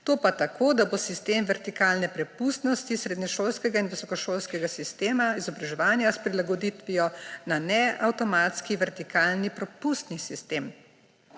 to pa tako, da bo sistem vertikalne prepustnosti srednješolskega in visokošolskega sistema izobraževanja s prilagoditvijo na neavtomatski vertikalni prepustni sistem.